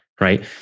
Right